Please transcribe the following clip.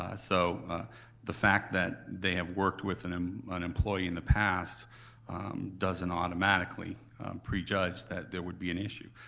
ah so ah the fact that they have worked with an um an employee in the past doesn't automatically prejudge that there would be an issue.